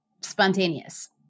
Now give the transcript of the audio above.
spontaneous